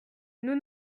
nous